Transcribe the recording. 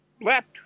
left